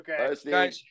Okay